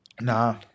Nah